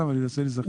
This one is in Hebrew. מה זה קשור?